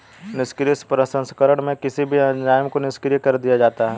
निष्क्रिय प्रसंस्करण में किसी भी एंजाइम को निष्क्रिय कर दिया जाता है